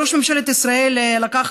ראש ממשלת ישראל לקח,